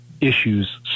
issues